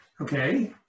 Okay